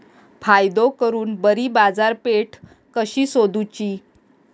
फायदो करून बरी बाजारपेठ कशी सोदुची?